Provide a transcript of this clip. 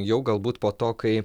jau galbūt po to kai